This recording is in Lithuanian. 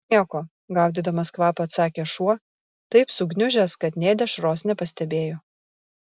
nieko gaudydamas kvapą atsakė šuo taip sugniužęs kad nė dešros nepastebėjo